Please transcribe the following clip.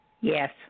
Yes